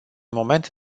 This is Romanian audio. moment